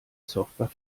software